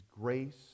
grace